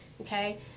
okay